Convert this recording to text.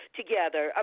together